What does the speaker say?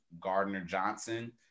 Gardner-Johnson